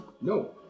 No